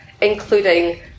including